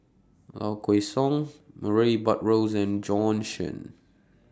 Low Kway Song Murray Buttrose and Bjorn Shen